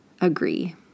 agree